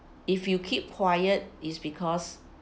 if you keep quiet is because